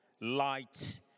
light